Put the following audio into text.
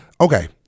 Okay